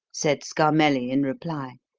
said scarmelli, in reply.